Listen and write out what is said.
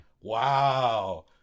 wow